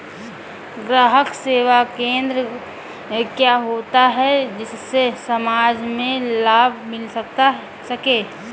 ग्राहक सेवा केंद्र क्या होता है जिससे समाज में लाभ मिल सके?